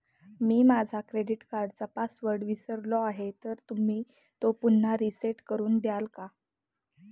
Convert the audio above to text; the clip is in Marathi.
मी माझा क्रेडिट कार्डचा पासवर्ड विसरलो आहे तर तुम्ही तो पुन्हा रीसेट करून द्याल का?